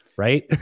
right